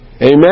Amen